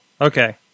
Okay